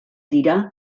dira